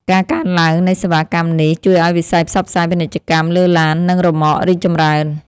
ការកើនឡើងនៃសេវាកម្មនេះ ជួយឱ្យវិស័យផ្សព្វផ្សាយពាណិជ្ជកម្មលើឡាន និងរ៉ឺម៉ករីកចម្រើន។